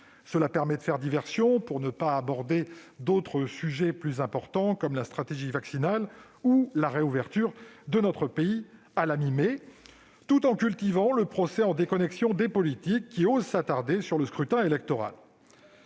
Cela permet de faire diversion, afin de ne pas aborder d'autres sujets plus importants, comme la stratégie vaccinale ou la réouverture de notre pays à la mi-mai, tout en cultivant le procès en déconnexion des politiques qui osent s'attarder sur le scrutin électoral.